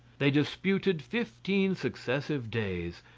they disputed fifteen successive days,